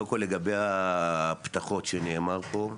לגבי הפתחות שנאמר פה,